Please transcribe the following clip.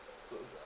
broke down